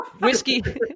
Whiskey